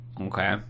Okay